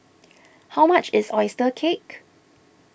how much is Oyster Cake